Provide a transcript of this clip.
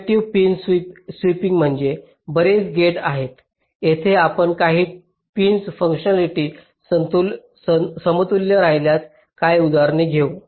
commutative pin swapping म्हणजे बरेच gates आहेत जेथे आपण काही पिन फुंकशनॅलिटी समतुल्य राहिल्यास काही उदाहरणे घेऊ